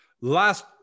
Last